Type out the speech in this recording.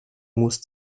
musst